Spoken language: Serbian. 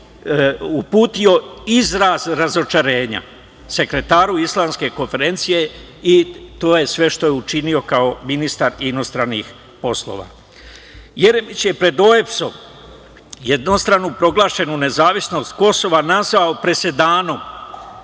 uputio izraz razočarenja sekretaru Islamske konferencije i to je sve što je učinio kao ministar inostranih poslova. Jeremić je pred OEBS-om jednostranu proglašenu nezavisnost Kosova nazvao presedanom,